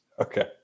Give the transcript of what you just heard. Okay